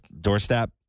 doorstep